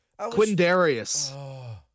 Quindarius